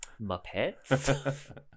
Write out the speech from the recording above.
Muppets